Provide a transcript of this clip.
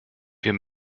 wir